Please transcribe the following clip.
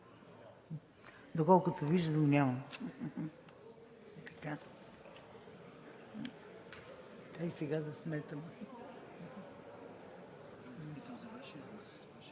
Доколкото виждам, няма.